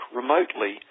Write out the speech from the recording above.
remotely